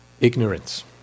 ignorance